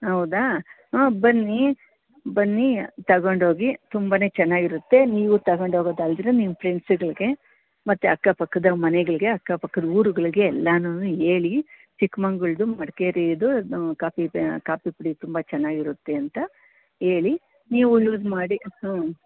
ಹೌದಾ ಹಾಂ ಬನ್ನಿ ಬನ್ನಿ ತಗೊಂಡೋಗಿ ತುಂಬನೇ ಚೆನ್ನಾಗಿರುತ್ತೆ ನೀವು ತಗೊಂಡೋಗೋದು ಅಲ್ಲದಿರ ನಿಮ್ಮ ಫ್ರೆಂಡ್ಸುಗಳಿಗೆ ಮತ್ತೆ ಅಕ್ಕ ಪಕ್ಕದ ಮನೆಗಳಿಗೆ ಅಕ್ಕ ಪಕ್ಕದ ಊರುಗಳಿಗೆ ಎಲ್ಲನೂ ಹೇಳಿ ಚಿಕ್ಕಮಗ್ಳೂರ್ದು ಮಡಿಕೇರೀದು ಕಾಫಿ ಕಾಫಿ ಪುಡಿ ತುಂಬ ಚೆನ್ನಾಗಿರುತ್ತೆ ಅಂತ ಹೇಳಿ ನೀವು ಯೂಸ್ ಮಾಡಿ ಹ್ಞೂ